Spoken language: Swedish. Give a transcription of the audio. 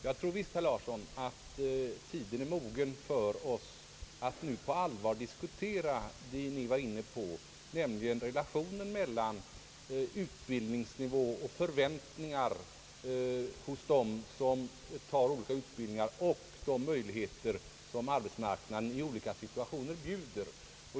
Jag tror visst, herr Thorsten Larsson, att tiden är mogen för oss att nu på allvar diskutera det ni var inne på, nämligen relationen mellan = utbildningsnivå och förväntningar hos dem som tar olika utbildningar å ena sidan och de möjligheter som arbetsmarknaden i olika situationer bjuder å den andra.